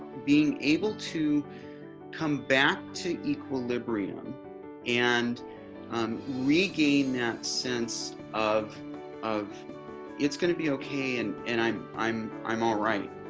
being able to come back to equilibrium and um regain that sense of of it's gonna be okay and and i'm i'm i'm alright.